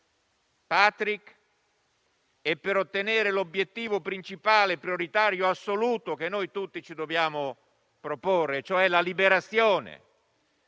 Patrick e ottenere l'obiettivo principale, prioritario e assoluto che tutti ci dobbiamo proporre, e cioè la sua liberazione